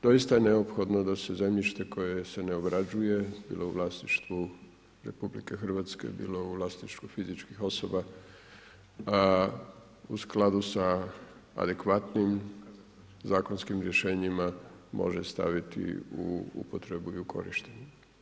Doista je neophodno da se zemljište koje se ne obrađuje, bilo u vlasništvu RH, bilo u vlasništvu fizičkih osoba u skladu sa adekvatnim zakonskim rješenjima može staviti u upotrebu i u korištenje.